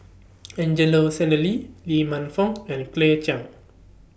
Angelo Sanelli Lee Man Fong and Claire Chiang